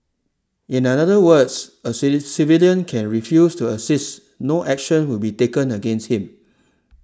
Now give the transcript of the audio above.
in other words a civilian can refuse to assist no action will be taken against him